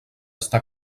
està